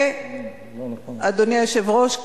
אדוני היושב-ראש,